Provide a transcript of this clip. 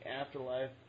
afterlife